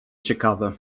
ciekawe